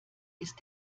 ist